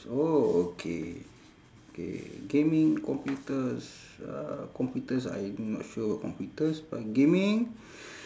oh okay okay gaming computers uh computers I am not sure about computers but gaming